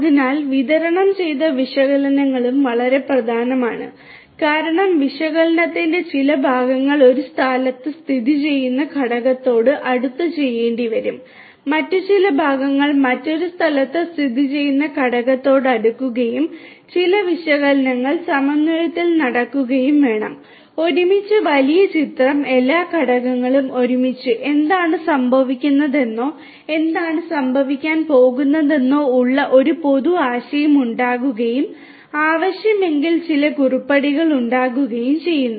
അതിനാൽ വിതരണം ചെയ്ത വിശകലനങ്ങളും വളരെ പ്രധാനമാണ് കാരണം വിശകലനത്തിന്റെ ചില ഭാഗങ്ങൾ ഒരു സ്ഥലത്ത് സ്ഥിതിചെയ്യുന്ന ഘടകത്തോട് അടുത്ത് ചെയ്യേണ്ടിവരും മറ്റ് ചില ഭാഗങ്ങൾ മറ്റൊരു സ്ഥലത്ത് സ്ഥിതിചെയ്യുന്ന ഘടകത്തോട് അടുക്കുകയും ചില വിശകലനങ്ങൾ സമന്വയത്തിൽ നടത്തുകയും വേണം ഒരുമിച്ച് വലിയ ചിത്രം എല്ലാ ഘടകങ്ങളും ഒരുമിച്ച് എന്താണ് സംഭവിക്കുന്നതെന്നോ എന്താണ് സംഭവിക്കാൻ പോകുന്നതെന്നോ ഉള്ള ഒരു പൊതു ആശയം ഉണ്ടാക്കുകയും ആവശ്യമെങ്കിൽ ചില കുറിപ്പടികൾ ഉണ്ടാക്കുകയും ചെയ്യുന്നു